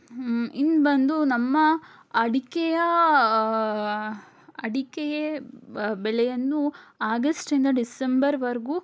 ಇನ್ನು ಬಂದು ನಮ್ಮ ಅಡಿಕೆಯ ಅಡಿಕೆಯ ಬೆಲೆಯನ್ನು ಆಗಸ್ಟಿಂದ ಡಿಸೆಂಬರ್ವರೆಗು